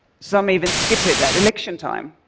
some even skip it at election time.